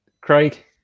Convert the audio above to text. Craig